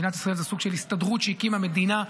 זה סוג של הסתדרות שהקימה המדינה.